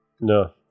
No